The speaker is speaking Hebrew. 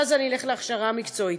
ואז אלך להכשרה מקצועית.